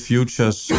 Futures